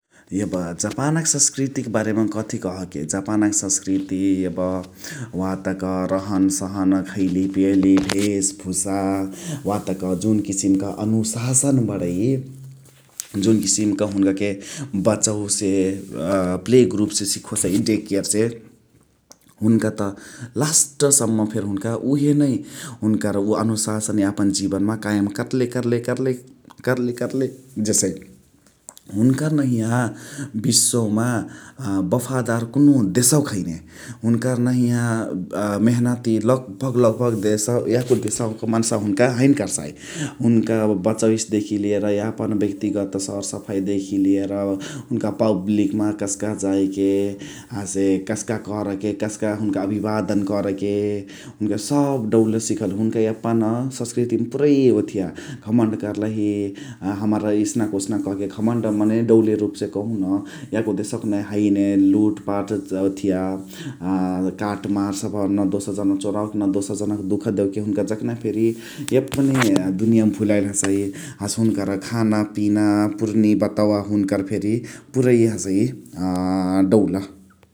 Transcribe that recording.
यब जापानक संसकृतिक बारेमा कथि कहके? जापानक संसकृति यब वातक रहनसहन, खैली, पियाली, वेसभुसा, वातक जुन किसीमक अनुशासन बडइ । जुन किसीमक हुन्काके बचवासे प्ले ग्रुपसे सिखोसइ, डे केयर से । हुनका तलास्ट सम्म फेरी हुनका उहे नै हुनकर उअ अनुशासन यापन जीवनमा कायम करले करले करले करले जेसइ । हुनकर नहिया विश्वमा बफादार कुनुह देशवाक हैनो । हुनकर नहिया मेहनती लगभग लगभग देशवा याको देशवाक मन्सावा हुनका हैन करसइ । हुनका बचवाइसे देखि लियर यापन व्यक्तिगत सरसफाई देखि लियर हुनका पब्लिकमा कसका जाइके हसे कसका करके, कसका हुनका अभिवादन करके हुनका सब डउलसे सिखल । हुनका यापन संसकृतिक पुराइ ओथिया घमण्ड कर्लही । हमरा यसनक ओसनक कहके घमण्ड मने डउले रुपसे कहु न याको देशवाक नहिया हैने । लुटपाट ओथिया काटमार सभ न दोसर जन चोरावाके न दोसर जनके दुख देवके हुनका जखाना फेरी यपने दुनियामा भुलाईली हसइ । हसे हुनका खाना पियाना, पुरनी बातवा हुनकर फेरी पुरै हसइ डउल ।